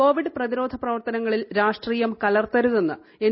Covid പ്രതിരോധ പ്രവർത്തനങ്ങളിൽ രാഷ്ട്രീയം കലർത്തരുതെന്ന് എൻ